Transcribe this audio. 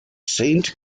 saint